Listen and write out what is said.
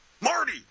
Marty